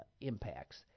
impacts